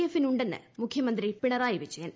എഫിനുണ്ടെന്ന് മുഖ്യ മന്ത്രി പിണറായി വിജയൻ